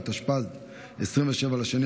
התשפ"ד 2023,